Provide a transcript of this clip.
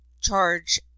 charge